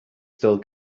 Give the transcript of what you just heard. still